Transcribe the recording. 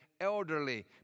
elderly